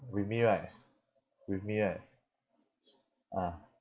with me right with me right ah